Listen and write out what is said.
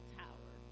tower